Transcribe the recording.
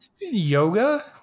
Yoga